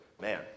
man